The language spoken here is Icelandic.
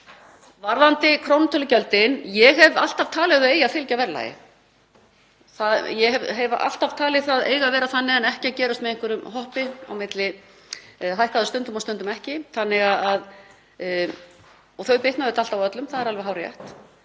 Varðandi krónutölugjöldin. Ég hef alltaf talið að þau eigi að fylgja verðlagi. Ég hef alltaf talið það eiga að vera þannig en ekki að gerast með einhverju hoppi; hækka þau stundum og stundum ekki. Og þau bitna auðvitað alltaf á öllum, það er alveg hárrétt.